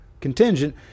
contingent